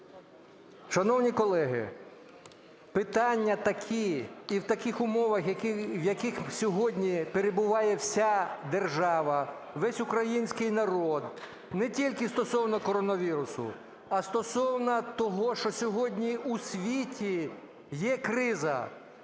Шановні колеги, питання такі і в таких умовах, в яких сьогодні перебуває вся держава, весь український народ, не тільки стосовно коронавірусу, а стосовно того, що сьогодні у світі є криза,